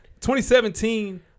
2017